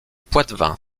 poitevin